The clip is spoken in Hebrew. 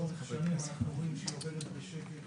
לאורך השנים אנחנו רואים שהיא עוברת בשקט.